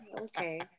Okay